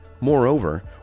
Moreover